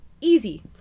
easy